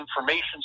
information